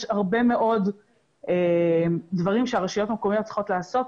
יש הרבה מאוד דברים שהרשויות המקומיות והמועצות האזוריות צריכות לעשות,